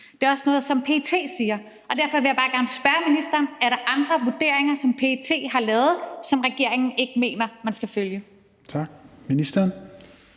det er også noget, som PET siger. Derfor vil jeg bare gerne spørge ministeren: Er der andre vurderinger, som PET har lavet, som regeringen ikke mener man skal følge? Kl. 21:56 Tredje